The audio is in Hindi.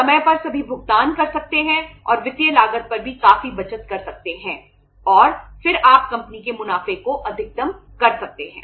समय पर सभी भुगतान कर सकते हैं और वित्तीय लागत पर भी काफी बचत कर सकते हैं और फिर आप कंपनी के मुनाफे को अधिकतम कर सकते हैं